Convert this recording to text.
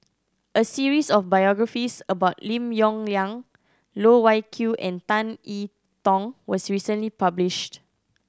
a series of biographies about Lim Yong Liang Loh Wai Kiew and Tan E Tong was recently published